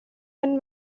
and